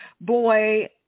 boy